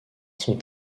sont